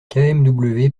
kmw